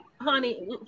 honey